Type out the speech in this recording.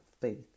faith